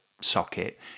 socket